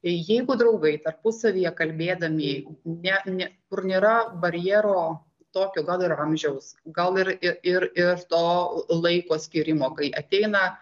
jeigu draugai tarpusavyje kalbėdami net ne kur nėra barjero tokio gal ir amžiaus gal ir ir ir to laiko skyrimo kai ateina